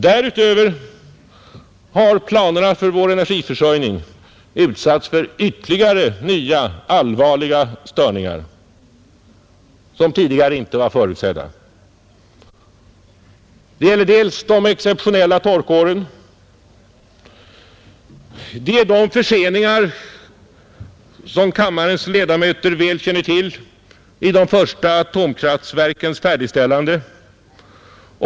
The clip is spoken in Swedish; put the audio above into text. Vidare har planerna för vår energiförsörjning utsatts för nya allvarliga störningar som tidigare inte var förutsedda. Jag avser dels de exceptionella torkåren, dels förseningarna — som kammarens ledamöter väl känner till — i de försha atomkraftverkens färdigställande.